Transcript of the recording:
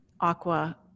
aqua